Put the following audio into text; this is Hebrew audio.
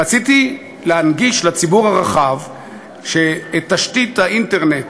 רציתי להנגיש לציבור הרחב את תשתית האינטרנט